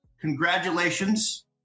congratulations